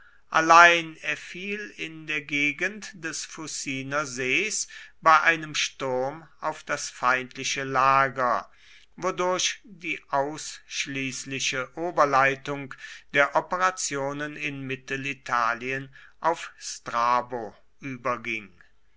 allein er fiel in der gegend des fuciner sees bei einem sturm auf das feindliche lager wodurch die ausschließliche oberleitung der operationen in mittelitalien auf strabo überging